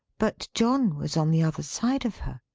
but john was on the other side of her.